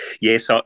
Yes